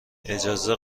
اجازه